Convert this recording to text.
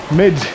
mid